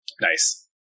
Nice